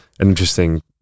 interesting